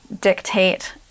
dictate